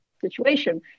situation